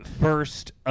First